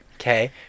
Okay